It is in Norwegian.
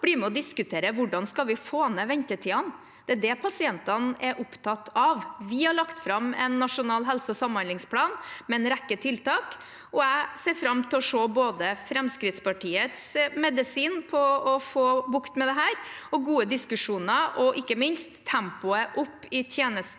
sal blir med og diskuterer hvordan vi skal få ned ventetidene. Det er det pasientene er opptatt av. Vi har lagt fram en nasjonal helseog samhandlingsplan med en rekke tiltak, og jeg ser fram til både å se Fremskrittspartiets medisin for å få bukt med dette, til å ha gode diskusjoner og ikke minst til å få opp tempoet